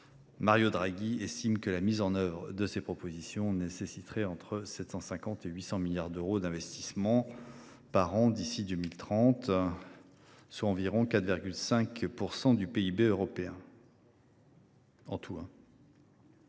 Mario Draghi estime que la mise en œuvre de ses propositions nécessiterait entre 750 milliards et 800 milliards d’euros d’investissements par an d’ici à 2030, soit environ 4,5 % du PIB européen. Dans